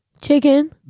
chicken